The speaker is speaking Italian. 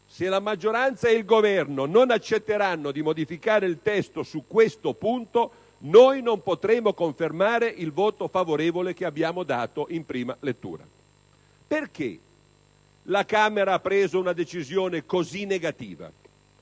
Se la maggioranza e il Governo non accetteranno di modificare il testo su questo punto noi non potremo confermare il voto favorevole che abbiamo dato in prima lettura. Perché la Camera ha preso una decisione così negativa?